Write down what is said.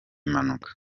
mpanuka